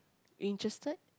you interested